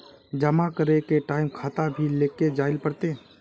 जमा करे के टाइम खाता भी लेके जाइल पड़ते?